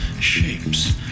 shapes